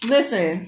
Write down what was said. Listen